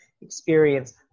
experience